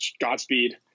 godspeed